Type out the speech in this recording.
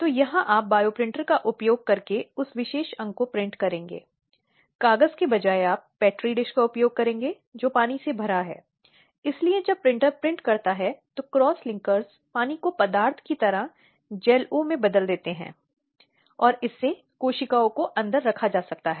इसके अलावा किसी भी अन्य प्रकार का उत्पीड़न जो दहेज की किसी भी गैरकानूनी मांगों को पूरा करने के लिए महिलाओं को एक अपमानजनक है क्योंकि भारत में दहेज के मुद्दे एक बहुत बड़ी समस्या है